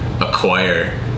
acquire